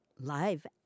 Live